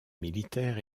militaire